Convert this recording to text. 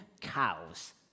cows